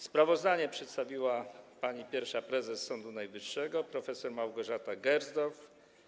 Sprawozdanie przedstawiła pani pierwsza prezes Sądu Najwyższego prof. Małgorzata Gersdorf.